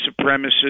supremacists